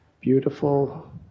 beautiful